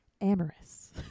amorous